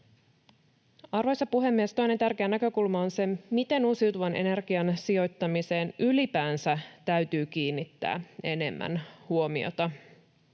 Arvoisa puhemies! Toinen tärkeä näkökulma on se, miten uusiutuvan energian sijoittamiseen ylipäänsä täytyy kiinnittää enemmän huomiota.